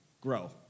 grow